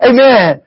Amen